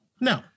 No